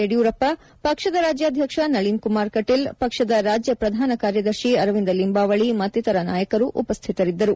ಯದಿಯೂರಪ್ಪ ಪಕ್ಷದ ರಾಜ್ಯಾಧ್ಯಕ್ಷ ನಳೀನ್ ಕುಮಾರ್ ಕಟೀಲ್ ಪಕ್ಷದ ರಾಜ್ಯ ಪ್ರಧಾನ ಕಾರ್ಯದರ್ಶಿ ಅರವಿಂದ ಲಿಂಬಾವಳಿ ಮತ್ತಿತರ ನಾಯಕರು ಉಪಸ್ಥಿತರಿದ್ದರು